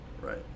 Right